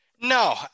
No